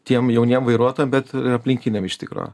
tiem jauniem vairuotojam bet aplinkiniam iš tikro